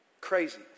Crazy